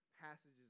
passages